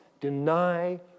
deny